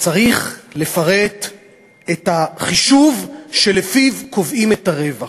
צריך לפרט את החישוב שלפיו קובעים את הרווח.